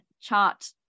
chart